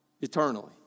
eternally